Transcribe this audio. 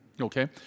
Okay